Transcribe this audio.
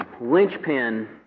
linchpin